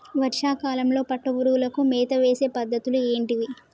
వర్షా కాలంలో పట్టు పురుగులకు మేత వేసే పద్ధతులు ఏంటివి?